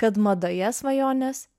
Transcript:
kad madoje svajonės